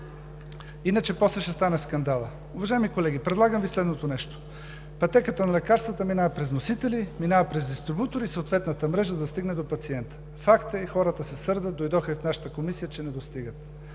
иначе после ще стане скандалът. Уважаеми колеги, предлагам Ви следното нещо. Пътеката на лекарствата минава през вносители, минава през дистрибутори съответната мрежа да стигне до пациента. Факт е, хората се сърдят, дойдоха и в нашата Комисия, че лекарствата